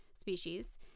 species